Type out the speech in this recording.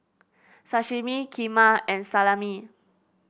Sashimi Kheema and Salami